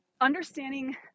understanding